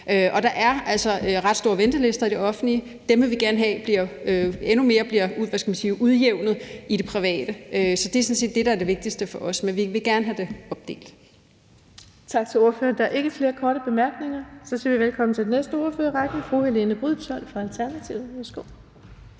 Og der er altså ret store ventelister i det offentlige. Dem vil vi gerne have bliver endnu mere udjævnet i det private. Så det er sådan set det, der er det vigtigste for os. Men vi vil gerne have det opdelt. Kl. 12:36 Den fg. formand (Birgitte Vind): Tak til ordføreren. Der er ikke flere korte bemærkninger. Så siger vi velkommen til den næste ordfører i rækken, nemlig fru Helene Brydensholt fra Alternativet.